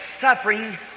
suffering